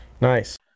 Nice